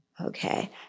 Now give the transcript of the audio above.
Okay